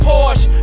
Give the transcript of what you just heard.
Porsche